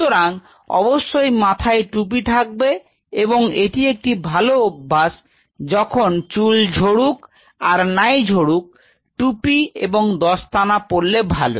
সুতরাং অবশ্যই মাথার টুপি থাকবে এবং এটি একটি ভালো অভ্যাস যখন চুল ঝরুক আর নাই ঝরুক টুপি এবং দস্তানা পরলে ভালো